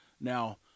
Now